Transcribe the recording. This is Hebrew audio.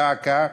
דא עקא,